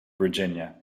virginia